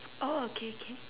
oh okay okay